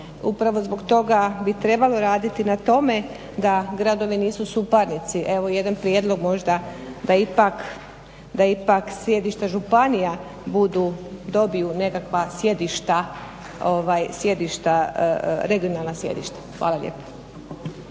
Upravo zbog toga bi trebalo raditi na tome da gradovi nisu suparnici. Evo jedan prijedlog možda da ipak sjedišta županija, budu, dobiju nekakva sjedišta, regionalna sjedišta. Hvala lijepo.